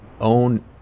own